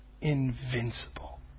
Invincible